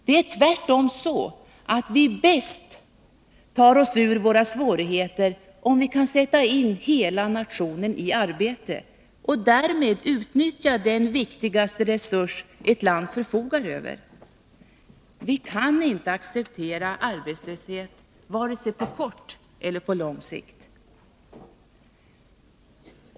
Det är tvärtom så, att vi bäst tar oss ur våra svårigheter om vi kan sätta hela nationen i arbete och därmed utnyttja den viktigaste resurs ett land förfogar över. Vi kan inte acceptera arbetslöshet vare sig på kort eller på lång sikt.